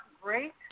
great